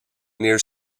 near